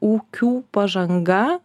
ūkių pažanga